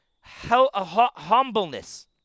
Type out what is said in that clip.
humbleness